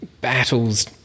battles